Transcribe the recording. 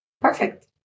Perfect